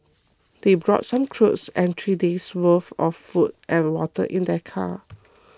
they brought some clothes and three days' worth of food and water in their car